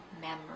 memory